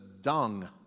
dung